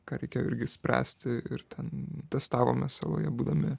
ką reikėjo irgi spręsti ir ten testavomės saloje būdami